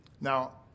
Now